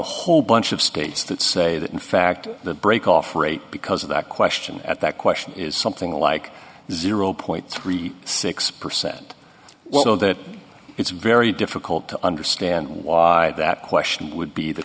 whole bunch of states that say that in fact the breakoff rate because of that question at that question is something like zero point three six percent well so that it's very difficult to understand why that question would be the